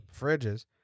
fridges